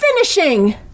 finishing